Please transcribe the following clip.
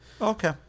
Okay